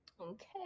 Okay